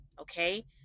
okay